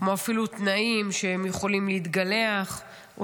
כמו אפילו תנאים שהם יכולים להתגלח או